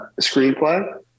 screenplay